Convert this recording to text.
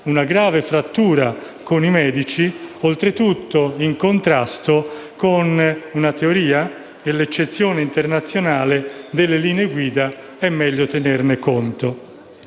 una grave frattura con i medici, oltre tutto in contrasto con una teoria, dell'accezione internazionale delle linee guida è meglio tenere conto.